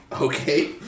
Okay